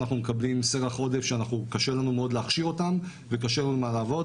שאנחנו מקבלים סרח עודף שקשה לנו מאוד להכשיר אותם וקשה להם לעבוד.